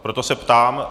Proto se ptám.